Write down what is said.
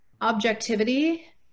objectivity